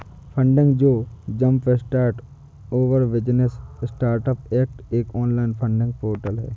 funding जो jumpstart our business startups act एक online funding portal है